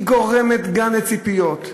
היא גורמת גם לציפיות,